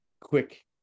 quick